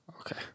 Okay